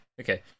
okay